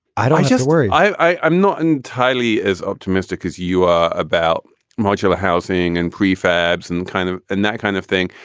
i don't just worry i'm not entirely as optimistic as you are about modular housing and prefabs and kind of in that kind of thing,